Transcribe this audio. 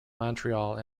montreal